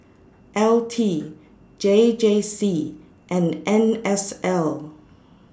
L T J J C and N S L